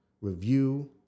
review